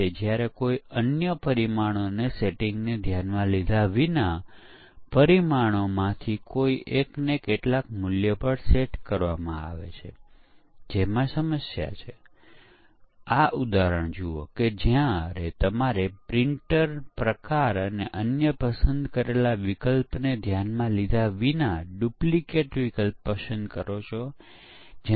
અથવા સમકક્ષતા પરીક્ષણ 5 કલાક અને શરતનું પરીક્ષણ 100 કલાક કરીશું તેથી માત્ર કઈ વ્યૂહરચના ગોઠવવી તેટલુ જ નહીં પરંતુ પરીક્ષણ દરમિયાન આપણે તે વ્યૂહરચનાને કેટલો કેટલો સમય આપીએ છીએ તે પણ નક્કી કરવું પડે